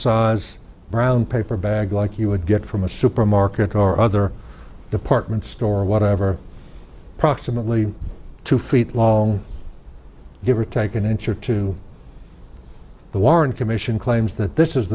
size brown paper bag like you would get from a supermarket or other department store whatever approximately two feet long give or take an inch or two the warren commission claims that this is